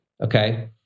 Okay